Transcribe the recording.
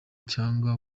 cyangwa